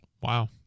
Wow